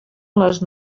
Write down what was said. les